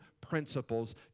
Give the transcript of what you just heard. principles